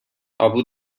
abu